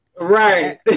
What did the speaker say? Right